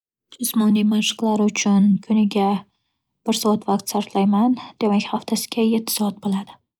Jismoniy mashqlar uchun kuniga bir soat vaqt sarflayman. Demak haftasiga yetti soat bo'ladi.